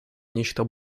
нечто